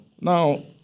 now